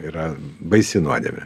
yra baisi nuodėmė